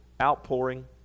Outpouring